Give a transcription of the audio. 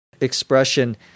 expression